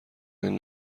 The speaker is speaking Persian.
این